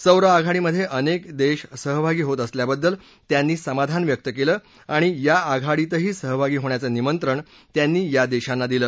सौर आघाडीमध्ये अनेक देश सहभागी होत असल्याबद्दल त्यांनी समाधान व्यक्त केलं आणि या आघाडीतही सहभागी होण्याचं निमंत्रण त्यांनी या देशांना दिलं